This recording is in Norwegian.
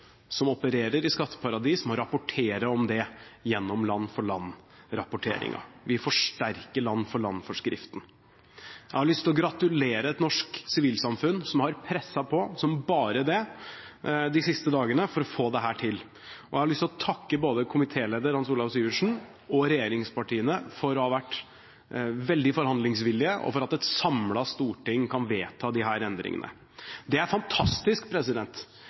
som opererer i skatteparadis, må rapportere om det gjennom land-for-land-rapporteringen. Vi forsterker land-for-land-forskriften. Jeg har lyst til å gratulere et norsk sivilsamfunn som har presset på som bare det de siste dagene for å få dette til. Og jeg har lyst til å takke både komitéleder Hans Olav Syversen og regjeringspartiene for å ha vært veldig forhandlingsvillige og for at et samlet storting kan vedta disse endringene. Det er fantastisk.